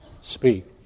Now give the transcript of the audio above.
speak